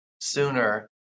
sooner